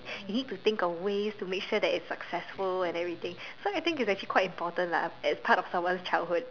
you need to think of ways to make sure that it's successful and everything so I think it's actually quite important lah as part of someone's childhood